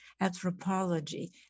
anthropology